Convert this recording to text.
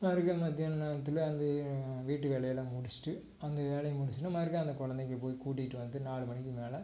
மறுக்கா மத்தியான நேரத்தில் அந்த வீட்டு வேலையெல்லாம் முடித்துட்டு அந்த வேலையை முடித்திட்டோன்னா மறுக்கா அந்தக் கொழந்தைங்கள போய் கூட்டிட்டு வந்து நாலு மணிக்கு மேல்